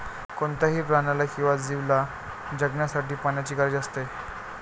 कोणत्याही प्राण्याला किंवा जीवला जगण्यासाठी पाण्याची गरज असते